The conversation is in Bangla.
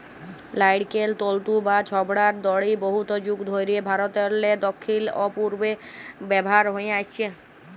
লাইড়কেল তল্তু বা ছবড়ার দড়ি বহুত যুগ ধইরে ভারতেরলে দখ্খিল অ পূবে ব্যাভার হঁয়ে আইসছে